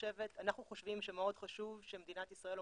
אנחנו חושבים שמאוד חשוב שמדינת ישראל או